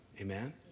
Amen